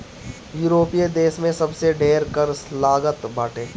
यूरोपीय देस में सबसे ढेर कर लागत बाटे